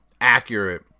Accurate